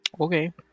okay